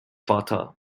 vater